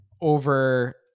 over